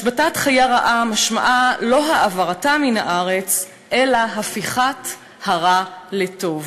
השבתת חיה רעה אין משמעה העברתה מן הארץ אלא הפיכת הרע לטוב.